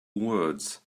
words